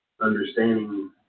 understanding